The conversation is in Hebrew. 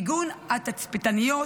מיגון התצפיתניות